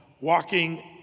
walking